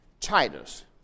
Titus